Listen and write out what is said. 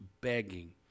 begging